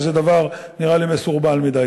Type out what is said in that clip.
שזה דבר שנראה לי מסורבל מדי?